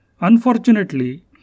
Unfortunately